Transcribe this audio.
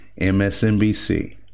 MSNBC